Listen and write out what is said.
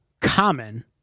common